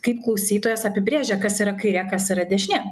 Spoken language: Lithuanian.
kaip klausytojas apibrėžia kas yra kairė kas yra dešinė